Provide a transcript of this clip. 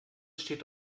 steht